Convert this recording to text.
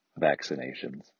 vaccinations